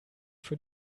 für